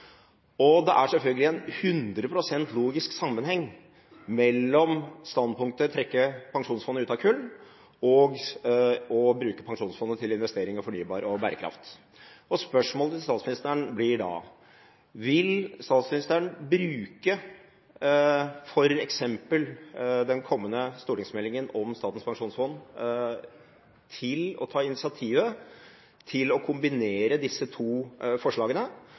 Det er selvfølgelig en 100 pst. logisk sammenheng mellom standpunktet om å trekke Pensjonsfondet ut av kull og å bruke Pensjonsfondet til investering i fornybar energi og bærekraft. Spørsmålet til statsministeren blir da: Vil statsministeren bruke f.eks. den kommende stortingsmeldingen om Statens pensjonsfond til å ta initiativet til å kombinere disse to forslagene,